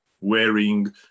wearing